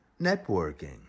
networking